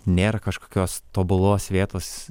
nėra kažkokios tobulos vietos